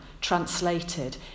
translated